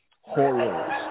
horrors